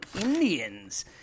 Indians